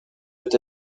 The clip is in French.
peut